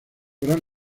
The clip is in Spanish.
gran